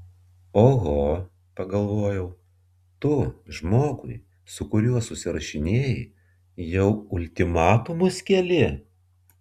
oho pagalvojau tu žmogui su kuriuo susirašinėji jau ultimatumus keli